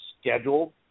scheduled